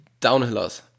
downhillers